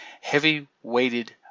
heavy-weighted